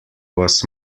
was